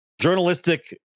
journalistic